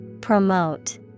Promote